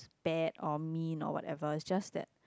bad or mean or whatever just that